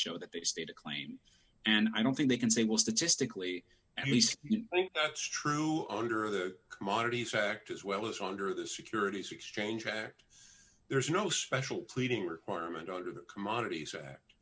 show that they state a claim and i don't think they can say well statistically at least i think that's true under the commodity factor as well as under the securities exchange act there is no special pleading requirement under the commodities act